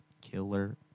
Killer